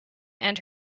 and